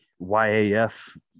YAF